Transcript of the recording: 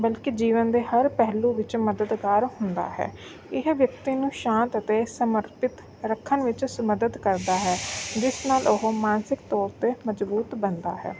ਬਲਕਿ ਜੀਵਨ ਦੇ ਹਰ ਪਹਿਲੂ ਵਿੱਚ ਮਦਦਗਾਰ ਹੁੰਦਾ ਹੈ ਇਹ ਵਿਅਕਤੀ ਨੂੰ ਸ਼ਾਂਤ ਅਤੇ ਸਮਰਪਿਤ ਰੱਖਣ ਵਿੱਚ ਮਦਦ ਕਰਦਾ ਹੈ ਜਿਸ ਨਾਲ ਉਹ ਮਾਨਸਿਕ ਤੌਰ 'ਤੇ ਮਜ਼ਬੂਤ ਬਣਦਾ ਹੈ